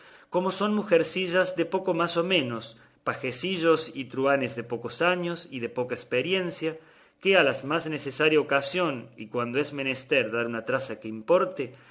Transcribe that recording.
como son mujercillas de poco más a menos pajecillos y truhanes de pocos años y de poca experiencia que a la más necesaria ocasión y cuando es menester dar una traza que importe